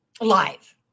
live